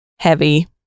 heavy